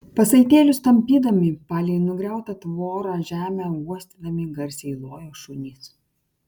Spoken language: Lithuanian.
pasaitėlius tampydami palei nugriautą tvorą žemę uostydami garsiai lojo šunys